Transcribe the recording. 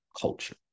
culture